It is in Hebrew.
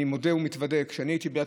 אני מודה ומתוודה: כשהייתי בעיריית